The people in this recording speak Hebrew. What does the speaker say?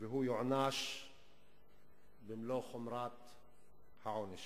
והוא יוענש במלוא חומרת העונש.